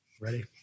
Ready